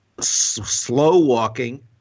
slow-walking